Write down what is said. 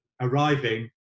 arriving